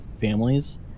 families